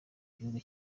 igihugu